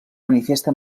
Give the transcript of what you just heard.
manifesta